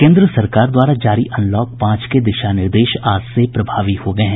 केन्द्र सरकार द्वारा जारी अनलॉक पांच के दिशा निर्देश आज से प्रभावी हो गये हैं